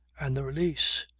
and the release!